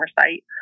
site